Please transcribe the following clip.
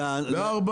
נו.